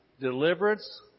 deliverance